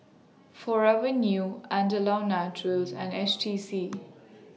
Forever New Andalou Naturals and H T C